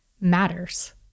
matters